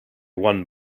one